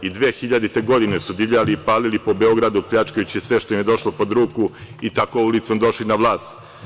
I 2000. godine su divljali i palili po Beogradu, pljačkajući sve što im je došlo pod ruku i tako ulicom došli na vlast.